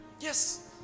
Yes